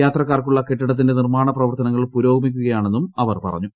യാത്രക്കാർക്കുള്ള കെട്ടിടത്തിന്റെ നിർമ്മാണപ്രവർത്തനങ്ങൾ പുരോഗമിക്കുകയാണെന്നും അവർ പറഞ്ഞു